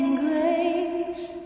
grace